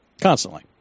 constantly